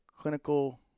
clinical